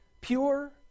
Pure